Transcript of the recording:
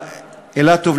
אילטוב,